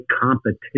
competition